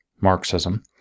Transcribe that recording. Marxism